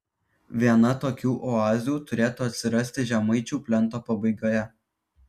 viena tokių oazių turėtų atsirasti žemaičių plento pabaigoje